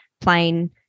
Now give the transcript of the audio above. plain